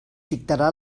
dictarà